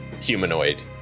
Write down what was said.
humanoid